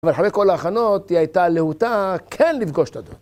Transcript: אבל חלק כל ההכנות היא הייתה להוטה כן לפגוש את האדון.